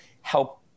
help